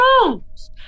rooms